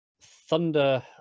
Thunder